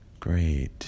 Great